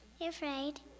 afraid